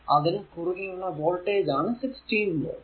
അതിനു കുറുകെ ഉള്ള വോൾടേജ് ആണ് 16 വോൾട്